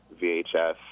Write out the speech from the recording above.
VHS